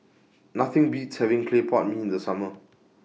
Nothing Beats having Clay Pot Mee in The Summer